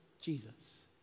Jesus